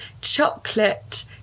chocolate